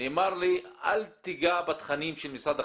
ונאמר לי: אל תיגע בתכנים של משרד החינוך.